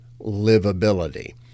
livability